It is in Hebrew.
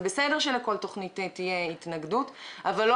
זה בסדר שלכל תוכנית תהיה התנגדות אבל לא